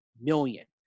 million